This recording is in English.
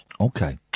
Okay